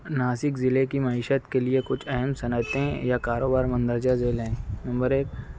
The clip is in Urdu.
ناسک ضلعے کی معیشت کے لیے کچھ اہم صنعتیں یا کاروبار مندرجہ ذیل ہیں نمبر ایک